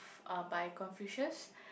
uh by Confucius